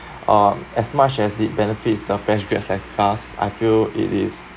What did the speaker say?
uh as much as it benefits the fresh grads like us I feel it is